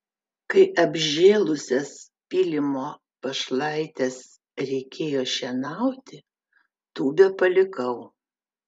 kai apžėlusias pylimo pašlaites reikėjo šienauti tūbę palikau